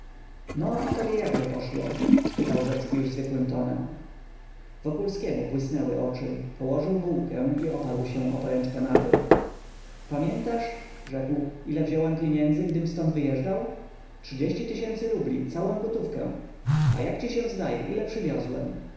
no a tobie jakże poszło zapytał rzecki już zwykłym tonem wokulskiemu błysnęły oczy położył bułkę i oparł się o poręcz kanapy pamiętasz rzekł ile wziąłem pieniędzy gdym ztąd wyjeżdżał trzydzieści tysięcy rubli całą gotówkę a jak ci się zdaje ile przywiozłem